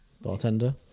Bartender